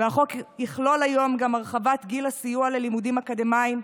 והחוק יכלול היום גם הרחבת גיל הסיוע ללימודים אקדמיים,